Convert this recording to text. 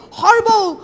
horrible